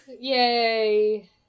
Yay